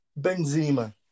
Benzema